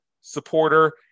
supporter